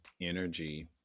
energy